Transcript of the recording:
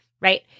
right